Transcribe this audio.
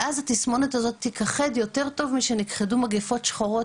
ואז התסמונת הזאת תיכחד יותר טוב מאשר שנכחדו מגפות שחורות